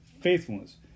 faithfulness